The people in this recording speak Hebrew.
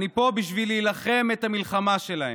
אני פה בשביל להילחם את המלחמה שלהם,